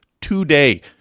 today